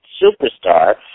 superstar